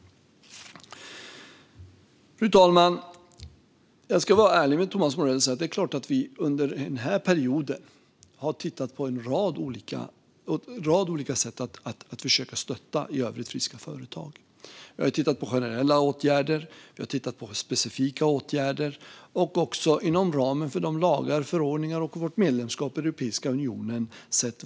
Fru talman! Jag ska vara ärlig mot Thomas Morell. Det är klart att vi under den här perioden har tittat på en rad olika sätt att försöka stötta i övrigt friska företag. Vi har tittat på både generella och specifika åtgärder inom de ramar som lagar, förordningar och vårt medlemskap i Europeiska unionen anger.